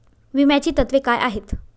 विम्याची तत्वे काय आहेत?